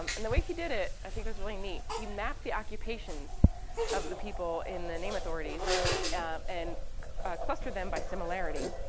um and the way he did it, i think, was really neat. he mapped the occupations of the people in the name authorities and clustered them by similarity.